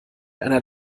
einer